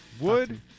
Wood